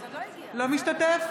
אינו משתתף